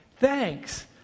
thanks